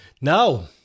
Now